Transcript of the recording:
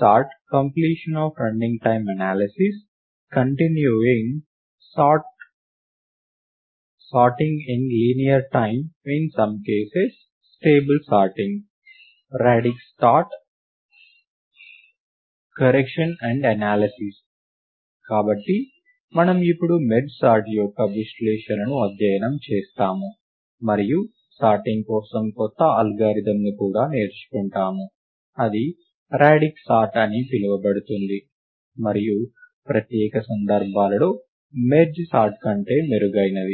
sort completion of running time analysis continuing sort sorting in linear time in some cases stable sorting radix sort correctness and analysis కాబట్టి మనము ఇప్పుడు merge sort యొక్క విశ్లేషణను అధ్యయనం చేస్తాము మరియు సార్టింగ్ కోసం కొత్త అల్గారిథమ్ను కూడా నేర్చుకుంటాము అది రాడిక్స్ సార్ట్ అని పిలువబడుతుంది మరియు ప్రత్యేక సందర్భాలలో మెర్జ్ సార్ట్ కంటే మెరుగైనది